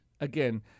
again